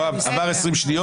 יואב, עברו 20 שניות.